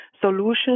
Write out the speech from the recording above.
solutions